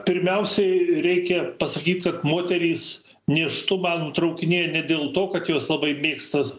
pirmiausiai reikia pasakyt kad moterys nėštumą nutraukinėja ne dėl to kad jos labai mėgsta